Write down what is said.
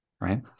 Right